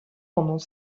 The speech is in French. pendant